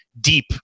deep